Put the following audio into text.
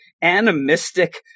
animistic